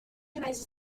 organizes